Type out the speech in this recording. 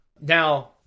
Now